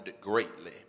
greatly